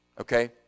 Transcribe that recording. Okay